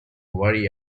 worry